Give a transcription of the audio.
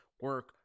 Work